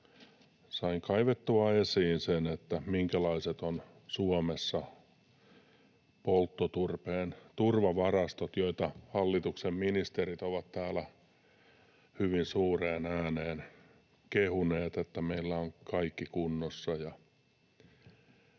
sain kaivettua esiin sen, minkälaiset ovat Suomessa polttoturpeen turvavarastot, joita hallituksen ministerit ovat täällä hyvin suureen ääneen kehuneet, että meillä on kaikki kunnossa.